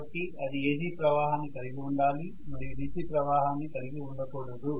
కాబట్టి అది AC ప్రవాహాన్ని కలిగి ఉండాలి మరియు DC ప్రవాహాన్ని కలిగి ఉండకూడదు